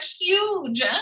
huge